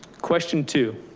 question two,